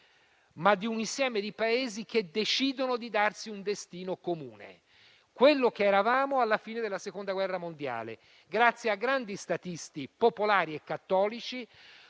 di un insieme di Paesi che decidono di darsi un destino comune. Mi riferisco a quello che eravamo alla fine della Seconda guerra mondiale, grazie a grandi statisti popolari e cattolici;